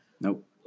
Nope